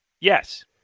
Yes